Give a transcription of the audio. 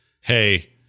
hey